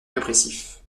répressif